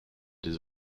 des